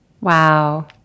Wow